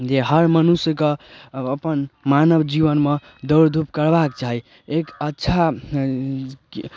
जे हर मनुष्यके अपन मानव जीवनमे दौड़ धूप करबाके चाही एक अच्छा